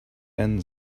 end